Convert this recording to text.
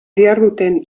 diharduten